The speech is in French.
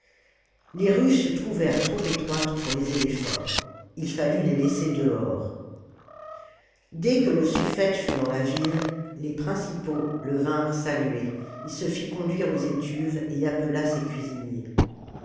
les rues se trouvèrent trop étroites pour les éléphants ii fallut les laisser dehors dès que le suffète fut dans la ville les principaux le vinrent saluer ii se fit conduire aux étuves et appela ses cuisiniers